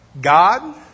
God